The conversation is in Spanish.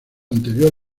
anterior